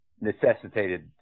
necessitated